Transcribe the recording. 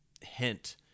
hint